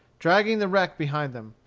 dragging the wreck behind them,